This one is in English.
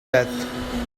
beth